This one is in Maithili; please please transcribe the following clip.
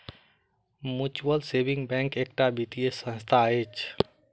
म्यूचुअल सेविंग बैंक एकटा वित्तीय संस्था अछि